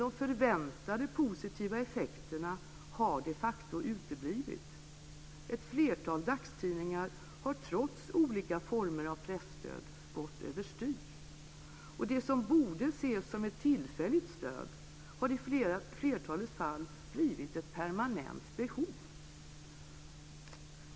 Men förväntade positiva effekter har de facto uteblivit. Ett flertal dagstidningar har trots olika former av presstöd gått över styr. Det som borde ses som ett tillfälligt stöd har i flertalet fall blivit ett permanent behov.